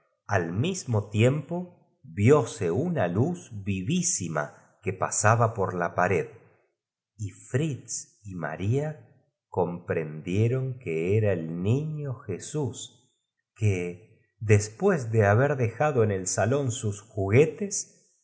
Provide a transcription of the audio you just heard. al mismo tiempo vióse una luz vivlsima que pasaba por la pared y fritz y maria comp eodieron que era él iiio jesús que después de hahe dejado en el salón sus juguetes